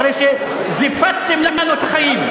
אחרי שזיפַּתֶּם לנו את החיים.